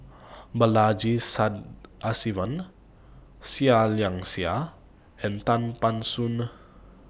Balaji Sadasivan Seah Liang Seah and Tan Ban Soon